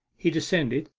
he descended,